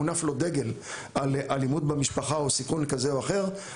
מונף לו דגל על אלימות במשפחה או סיכון כזה או אחר,